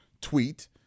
tweet